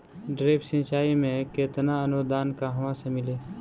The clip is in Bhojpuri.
ड्रिप सिंचाई मे केतना अनुदान कहवा से मिली?